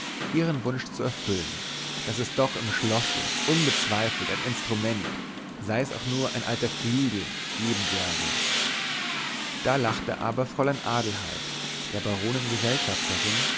ihren wunsch zu erfüllen daß es doch im schlosse unbezweifelt ein instrument sei es auch nur ein alter flügel geben werde da lachte aber fräulein adelheid der